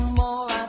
more